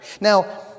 Now